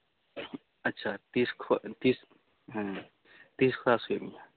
ᱟᱪᱪᱷᱟ ᱛᱤᱸᱥ ᱠᱷᱚᱱ ᱛᱤᱸᱥ ᱦᱮᱸ ᱛᱤᱸᱥ ᱠᱷᱚᱱ ᱦᱟᱹᱥᱩᱭᱮᱫ ᱢᱮᱭᱟ